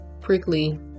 prickly